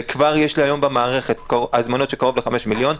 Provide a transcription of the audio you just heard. וכבר יש לי היום במערכת הזמנות של קרוב של 5 מיליון,